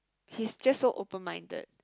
he's just so open minded